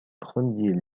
premiers